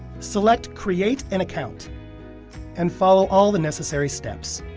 select create an account and follow all the necessary steps.